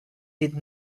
did